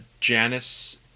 Janice